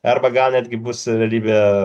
arba gal netgi bus realybė